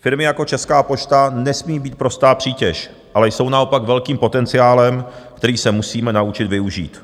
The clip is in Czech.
Firmy jako Česká pošta nesmí být prostá přítěž, ale jsou naopak velkým potenciálem, který se musíme naučit využít.